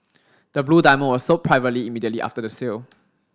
the blue diamond was sold privately immediately after the sale